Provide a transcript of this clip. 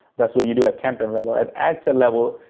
that's what you do at campaign level. at ad set level,